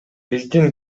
биздин